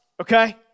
okay